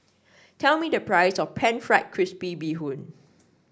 tell me the price of pan fried crispy Bee Hoon